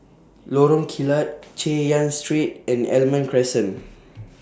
Lorong Kilat Chay Yan Street and Almond Crescent